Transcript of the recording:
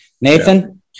Nathan